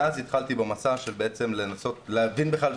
ואז התחלתי במסע של בעצם לנסות להבין בכלל,